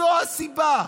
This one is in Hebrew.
זו הסיבה,